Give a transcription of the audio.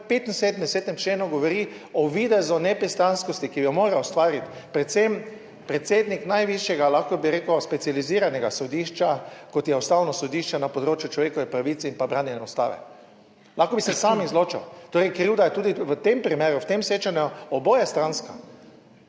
svojem 75. členu govori o videzu nepristranskosti, ki bi jo moral ustvariti predvsem predsednik najvišjega, lahko bi rekel, specializiranega sodišča, kot je Ustavno sodišče na področju človekovih pravic in pa branjenje Ustave. Lahko bi se sam izločil. Torej, krivda je tudi v tem primeru v tem srečanju obojestranska.